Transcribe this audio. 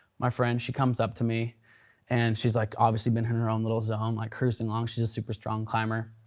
my friend, she comes up to me and she's like obviously been in her own little zone, like cruising along, she's a super strong climber.